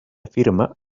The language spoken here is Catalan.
afirma